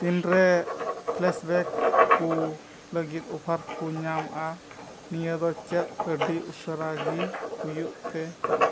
ᱛᱤᱱ ᱨᱮ ᱯᱷᱞᱮᱥᱵᱮᱠ ᱠᱚ ᱞᱟᱹᱜᱤᱫ ᱚᱯᱷᱟᱨ ᱠᱚ ᱧᱟᱢᱟ ᱱᱤᱭᱟᱹ ᱫᱚ ᱪᱮᱫ ᱟᱹᱰᱤ ᱩᱥᱟᱹᱨᱟᱜᱮ ᱦᱩᱭᱩᱜᱛᱮ ᱪᱟᱞᱟᱜ ᱠᱟᱱᱟ